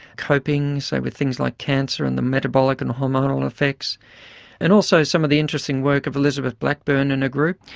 coping say with things like cancer and the metabolic and hormonal effects and also some of the interesting work of elizabeth blackburn and her group.